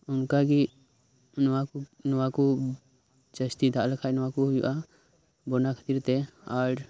ᱚᱱᱠᱟᱜᱮ ᱱᱚᱶᱟ ᱠᱚ ᱱᱚᱶᱟ ᱠᱚ ᱡᱟᱥᱛᱤ ᱫᱟᱜ ᱞᱮᱠᱷᱟᱱ ᱱᱚᱶᱟ ᱠᱚ ᱦᱳᱭᱳᱜᱼᱟ ᱵᱚᱱᱱᱟ ᱠᱷᱟᱛᱤᱨ ᱛᱮ ᱟᱨ